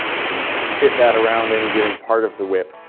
we can fit that around any given part of the whip,